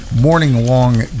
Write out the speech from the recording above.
morning-long